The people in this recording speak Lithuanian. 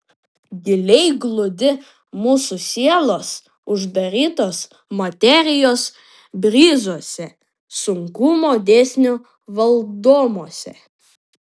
giliai glūdi mūsų sielos uždarytos materijos bryzuose sunkumo dėsnio valdomuose